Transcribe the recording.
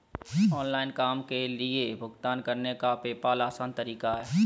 online काम के लिए भुगतान करने का पेपॉल आसान तरीका है